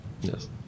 yes